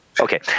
Okay